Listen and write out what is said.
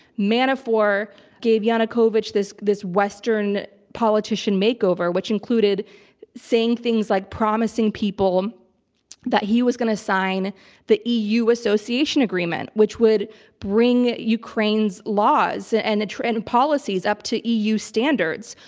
manafort gave yanukovych this this western politician make-over, which included saying things like, promising people that he was going to sign the eu association agreement, which would bring ukraine's laws and and policies up to eu standards,